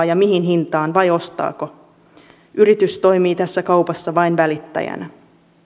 ja mihin hintaan vai ostaako yritys toimii tässä kaupassa vain välittäjänä